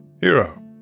Hero